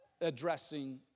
addressing